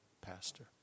pastor